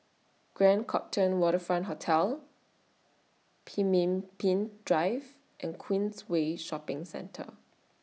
Grand Copthorne Waterfront Hotel Pemimpin Drive and Queensway Shopping Centre